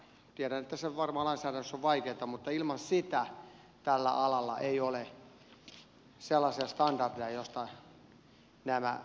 tiedän että se varmaan lainsäädännössä on vaikeata mutta ilman sitä tällä alalla ei ole sellaisia standardeja joista nämä kiinteistön omistajat hyötyvät